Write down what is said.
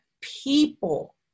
people